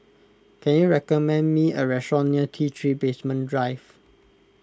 can you recommend me a restaurant near T three Basement Drive